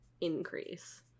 increase